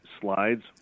slides